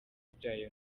byayo